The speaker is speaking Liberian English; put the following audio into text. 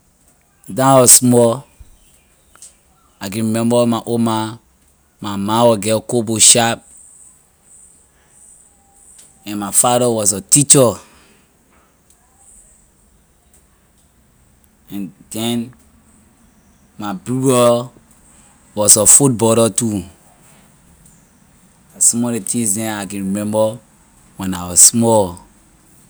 Ley time I was small I can remember my old ma my ma was get cook bowl shop and my father was a teacher and then my big brother was a footballer too la some of ley things them I can remember when I was small.